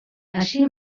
així